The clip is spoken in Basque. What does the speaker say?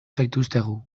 zaituztegu